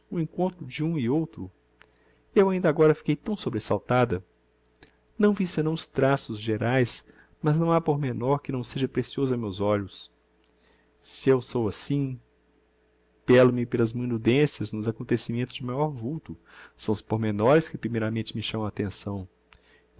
o encontro de um e outro eu ainda agora fiquei tão sobresaltada não vi senão os traços geraes mas não ha pormenor que não seja precioso a meus olhos se eu sou assim pello me pelas minudencias nos acontecimentos de maior vulto são os pormenores que primeiramente me chamam attenção